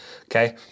okay